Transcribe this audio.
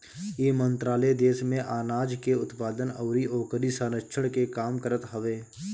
इ मंत्रालय देस में आनाज के उत्पादन अउरी ओकरी संरक्षण के काम करत हवे